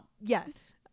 yes